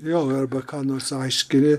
jo arba ką nors aiškini